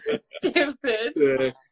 Stupid